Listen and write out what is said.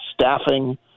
staffing